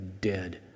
dead